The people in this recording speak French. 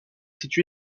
situé